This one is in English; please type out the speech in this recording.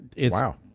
wow